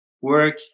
work